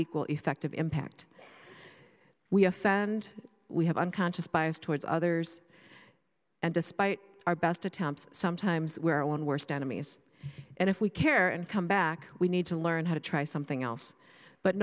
equal effective impact we have and we have unconscious bias towards others and despite our best attempts sometimes we're our own worst enemies and if we care and come back we need to learn how to try something else but